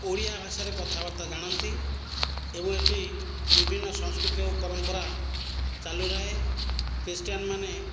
ଓଡ଼ିଆ ଭାଷାରେ କଥାବାର୍ତ୍ତା ଜାଣନ୍ତି ଏବଂ ଏଇଠି ବିଭିନ୍ନ ସଂସ୍କୃତି ଏବଂ ପରମ୍ପରା ଚାଲୁରହେ ଖ୍ରୀଷ୍ଟିୟାନ୍ ମାନେ